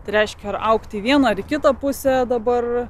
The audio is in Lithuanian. tai reiškia ar augti į vieną ar į kitą pusę dabar